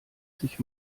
sich